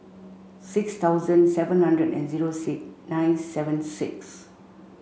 six thousand seven hundred and zero six nine seven six